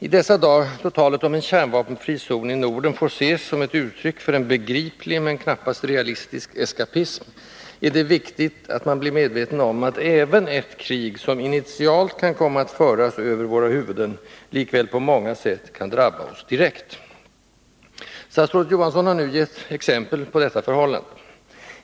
I dessa dagar, då talet om en ”kärnvapenfri zon i Norden” får ses som ett uttryck för en begriplig, men knappast realistisk, eskapism, är det viktigt att man blir medveten om att även ett krig, som initialt kan komma att föras över våra huvuden, likväl på många sätt kan drabba oss direkt. Statsrådet Johansson har nu givit exempel på detta förhållande.